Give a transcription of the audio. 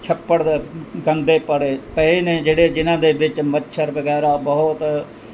ਛੱਪੜ ਦਾ ਗੰਦੇ ਪੜੇ ਪਏ ਨੇ ਜਿਹੜੇ ਜਿਨ੍ਹਾਂ ਦੇ ਵਿੱਚ ਮੱਛਰ ਵਗੈਰਾ ਬਹੁਤ